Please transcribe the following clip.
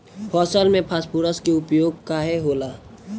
फसल में फास्फोरस के उपयोग काहे होला?